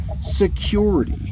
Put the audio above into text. security